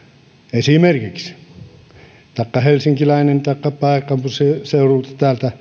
esimerkiksi täällä kansanedustaja helsinkiläinen taikka pääkaupunkiseudulta